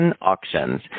Auctions